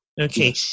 Okay